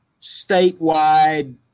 statewide